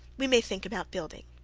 we may think about building.